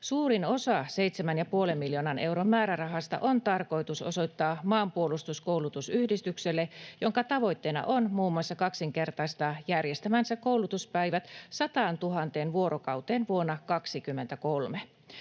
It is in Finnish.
Suurin osa 7,5 miljoonan euron määrärahasta on tarkoitus osoittaa Maanpuolustuskoulutusyhdistykselle, jonka tavoitteena on muun muassa kaksinkertaistaa järjestämänsä koulutuspäivät 100 000 vuorokauteen vuonna 23.